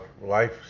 life